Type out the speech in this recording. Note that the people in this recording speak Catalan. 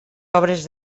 obres